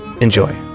Enjoy